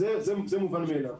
זה מובן מאליו.